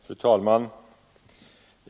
Fru talman!